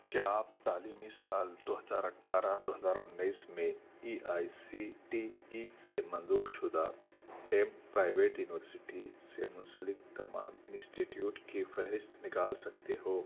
کیا آپ تعلیمی سال دو ہزار اٹھارہ دو ہزار انیس میں A I C T E سے منظور شدہ ڈیم پرائیویٹ یونیورسٹی سے منسلک تمام انسٹی ٹیوٹ کی فہرست نکال سکتے ہو